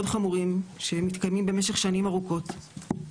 חמורים שמתקיימים במשך שנים ארוכות,